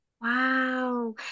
Wow